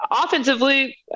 Offensively